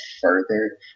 further